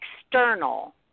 external